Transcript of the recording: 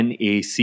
NAC